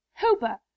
hooper